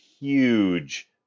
huge